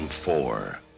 Four